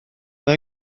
mae